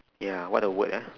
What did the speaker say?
ya what a word ah